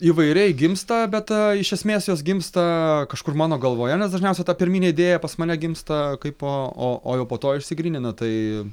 įvairiai gimsta bet iš esmės jos gimsta kažkur mano galvoje nes dažniausia ta pirminė idėja pas mane gimsta kai po o o jau po to išsigrynina tai